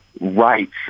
rights